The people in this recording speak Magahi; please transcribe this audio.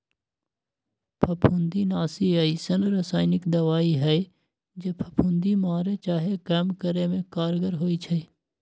फफुन्दीनाशी अइसन्न रसायानिक दबाइ हइ जे फफुन्दी मारे चाहे कम करे में कारगर होइ छइ